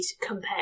compared